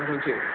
दोनथ'सै